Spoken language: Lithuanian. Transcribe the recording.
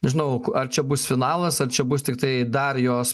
nežinau ar čia bus finalas ar čia bus tiktai dar jos